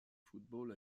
football